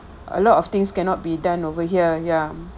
a lot of things cannot be done over here ya